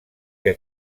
que